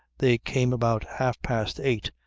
they came about half-past eight,